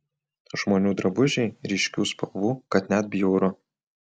žmonių drabužiai ryškių spalvų kad net bjauru